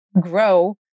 grow